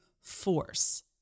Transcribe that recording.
force